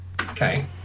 Okay